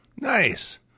Nice